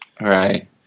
Right